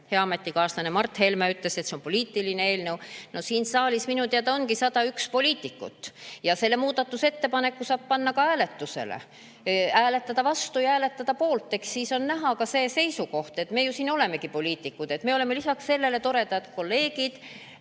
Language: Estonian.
Hea ametikaaslane Mart Helme ütles, et see on poliitiline eelnõu. No siin saalis minu teada ongi 101 poliitikut. Ja selle muudatusettepaneku saab panna hääletusele – saab hääletada vastu ja saab hääletada poolt. Eks siis on näha ka see seisukoht. Me siin olemegi ju poliitikud. Me oleme lisaks sellele toredad kolleegid,